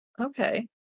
Okay